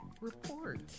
Report